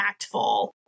impactful